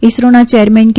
ઇસરોના ચેરમેન કે